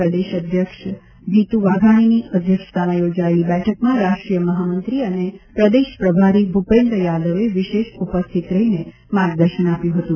પ્રદેશ અધ્યક્ષ જીત્ર વાઘાણીની અધ્યક્ષતામાં યોજાયેલી બેઠકમાં રાષ્ટ્રીય મહામંત્રી અને પ્રદેશ પ્રભારી ભૂપેન્દ્ર યાદવે વિશેષ ઉપસ્થિત રહી માર્ગદર્શન આપ્યું હતું